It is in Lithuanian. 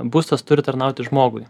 būstas turi tarnauti žmogui